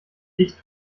ich